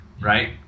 right